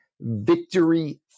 victory